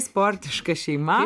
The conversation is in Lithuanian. sportiška šeima